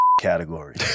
category